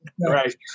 right